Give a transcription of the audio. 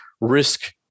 risk